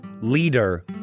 leader